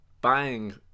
buying